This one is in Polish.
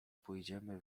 pójdziemy